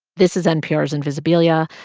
this is npr's invisibilia.